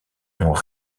ont